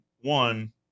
one